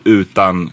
utan